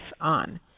on